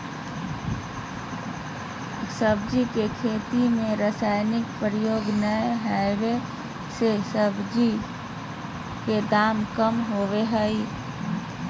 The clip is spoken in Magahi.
सब्जी के खेती में रसायन के प्रयोग नै होबै से सब्जी के दाम कम होबो हइ